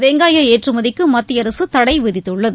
வெங்காய ஏற்றுமதிக்கு மத்திய அரசு தடை விதித்துள்ளது